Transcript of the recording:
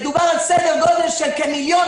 מדובר על סדר גודל של כ-2 מיליון